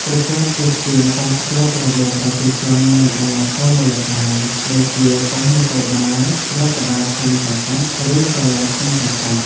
ពួកគាត់ជាស្ពានតភ្ជាប់រវាងប្រជាជន និងអាជ្ញាធរមូលដ្ឋាន ដូចជាប៉ុស្តិ៍នគរបាលរដ្ឋបាលឃុំ/សង្កាត់ ឬសាលាឃុំ/សង្កាត់។